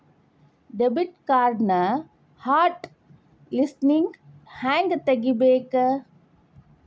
debit ಕಾರ್ಡ್ನ hot ಲಿಸ್ಟ್ನಿಂದ ಹೆಂಗ ತೆಗಿಬೇಕ